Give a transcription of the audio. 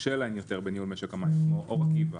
שקשה להם יותר בניהול משק המים כמו חריש,